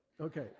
Okay